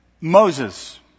Moses